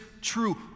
true